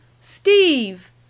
Steve